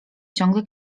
ciągle